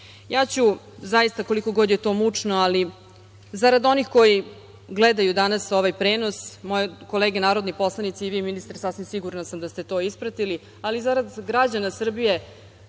ću zaista koliko god je to mučno, ali zarad onih koji gledaju danas ovaj prenos, moje kolege narodni poslanici i vi ministre, sasvim sigurno ste to ispratili, ali zarad građana Srbije